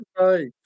Right